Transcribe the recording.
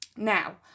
Now